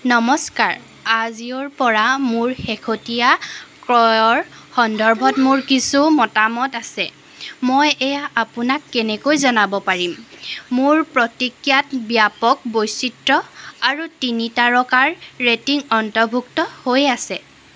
নমস্কাৰ আজিঅ'ৰ পৰা মোৰ শেহতীয়া ক্ৰয়ৰ সন্দৰ্ভত মোৰ কিছু মতামত আছে মই এয়া আপোনাক কেনেকৈ জনাব পাৰিম মোৰ প্ৰতিক্ৰিয়াত ব্যাপক বৈচিত্ৰ্য আৰু তিনি তাৰকাৰ ৰেটিং অন্তৰ্ভুক্ত হৈ আছে